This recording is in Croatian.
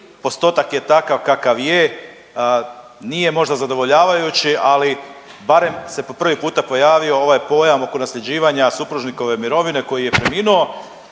Postotak je takav kakav je, nije možda zadovoljavajući, ali barem se po prvi puta pojavio ovaj pojam oko nasljeđivanja supružnikove mirovine koji je preminuo.